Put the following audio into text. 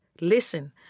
listen